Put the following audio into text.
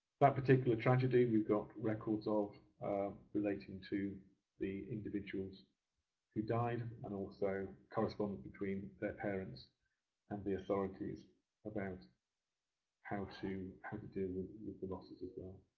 but particular tragedy we've got records of relating to the individuals who died and also correspondence between their parents and the authorities about how to how to deal with the losses, as well.